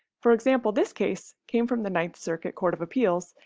for example, this case came from the ninth circuit court of appeals,